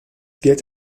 gilt